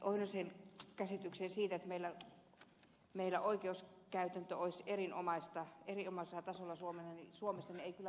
oinosen käsitykseen siitä että meillä oikeuskäytäntö olisi erinomaisella tasolla suomessa ei kyllä voi oikein yhtyä